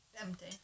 Empty